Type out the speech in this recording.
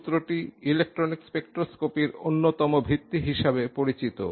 সুত্রটি ইলেকট্রনিক স্পেকট্রোস্কোপির অন্যতম ভিত্তি হিসাবে পরিচিত